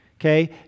Okay